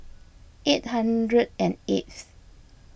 eight hundred and eighth